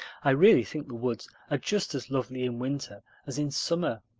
i really think the woods are just as lovely in winter as in summer.